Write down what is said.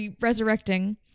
resurrecting